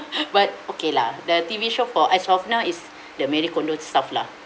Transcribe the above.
but okay lah the T_V show for as of now is the marie kondo's stuff lah